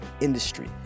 industry